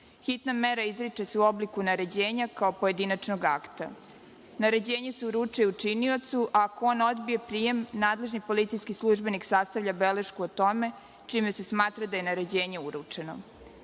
Hitna mera izriče se u obliku naređenja kao pojedinačnog akta. Naređenje se uručuje učiniocu, a ako on odbije prijem, nadležni policijski službenik sastavlja belešku o tome, čime se smatra da je naređenje uručeno.